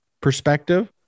perspective